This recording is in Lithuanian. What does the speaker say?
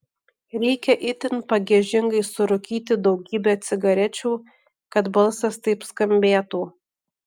reikia itin pagiežingai surūkyti daugybę cigarečių kad balsas taip skambėtų